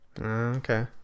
Okay